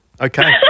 Okay